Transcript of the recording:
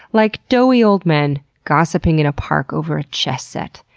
like doughy old men gossiping in a park over a chess set.